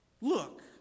Look